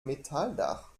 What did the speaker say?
metalldach